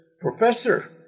professor